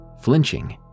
flinching